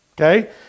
okay